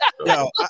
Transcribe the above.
No